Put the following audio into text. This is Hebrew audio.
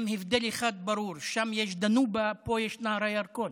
עם הבדל אחד ברור, שם יש דנובה, פה יש נהר הירקון.